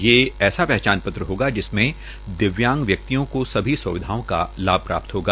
ये ऐसा पहचान पत्र होगा जिसमें दिव्यांग व्यक्तियों को सभी सुविधाओं का लाभ प्राप्त होगा